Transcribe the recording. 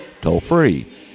toll-free